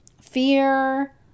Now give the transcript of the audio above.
fear